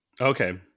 Okay